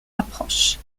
approche